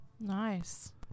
Nice